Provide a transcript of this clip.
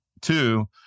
two